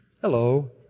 hello